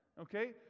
okay